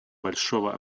большого